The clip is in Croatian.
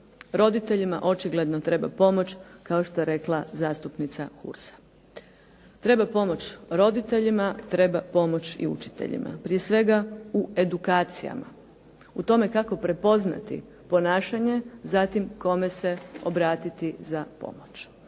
Roditeljima očigledno treba pomoć kao što je rekla zastupnica Hursa. Treba pomoć roditeljima, treba pomoć i učiteljima, prije svega u edukacijama, u tome kako prepoznati ponašanje, zatim kome se obratiti za pomoć.